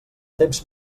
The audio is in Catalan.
temps